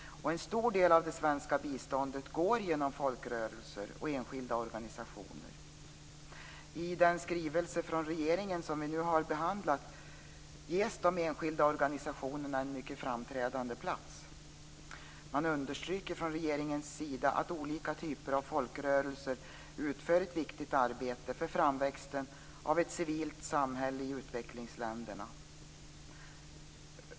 En stor del av det svenska biståndet går genom folkrörelser och enskilda organisationer. I den skrivelse från regeringen som vi nu behandlar ges de enskilda organisationerna en framträdande plats. Man understryker från regeringens sida att olika typer av folkrörelser utför ett viktigt arbete för framväxten av ett civilt samhälle i utvecklingsländerna.